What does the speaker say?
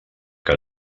que